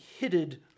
hitted